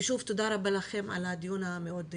שוב, תודה רבה לכם על הדיון המאוד חשוב.